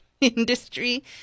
industry